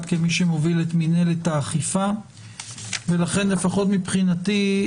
כמי שמוביל את מנהלת האכיפה ולכן לפחות מבחינתי,